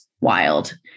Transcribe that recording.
wild